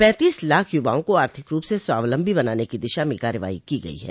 पैंतीस लाख युवाओं को आर्थिक रूप से स्वावलम्बी बनाने की दिशा में कार्यवाई की गई है